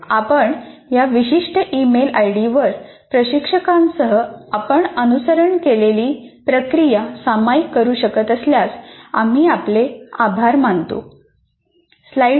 आपण या विशिष्ट ईमेल आयडीवर प्रशिक्षकांसह आपण अनुसरण केलेली प्रक्रिया सामायिक करू शकत असल्यास आम्ही आपले आभार मानतो